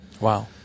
Wow